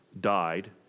died